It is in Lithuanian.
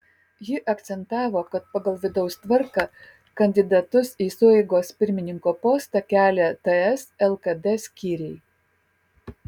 ji akcentavo kad pagal vidaus tvarką kandidatus į sueigos pirmininko postą kelia ts lkd skyriai